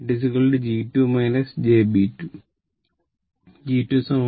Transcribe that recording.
12 g 2 j b 2 g 2 0